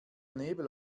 nebel